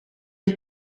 gli